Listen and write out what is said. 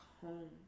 home